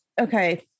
okay